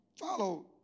follow